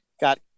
Got